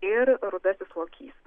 ir rudasis lokys